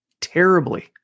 terribly